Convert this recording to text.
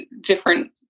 different